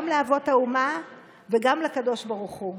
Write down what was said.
גם לאבות האומה וגם לקדוש ברוך הוא.